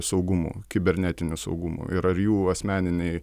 saugumu kibernetiniu saugumu ir ar jų asmeniniai